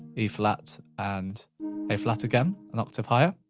e flat and a flat again an octave higher.